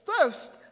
first